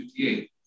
1958